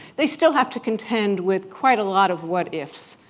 they still have to contend with quite a lot of what-ifs.